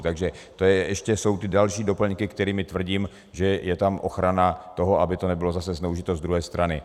Takže to ještě jsou ty další doplňky, kterými tvrdím, že je tam ochrana toho, aby to nebylo zase zneužito z druhé strany.